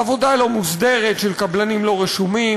עבודה לא מוסדרת של קבלנים לא רשומים,